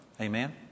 Amen